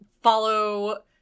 follow